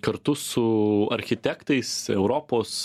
kartu su architektais europos